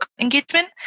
engagement